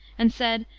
and said,